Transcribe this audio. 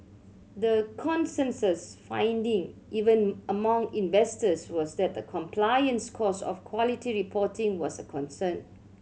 the consensus finding even among investors was that the compliance cost of quality reporting was a concern